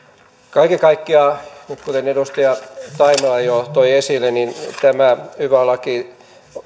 kaiken kaikkiaan kuten edustaja taimela jo toi esille tämä yva laki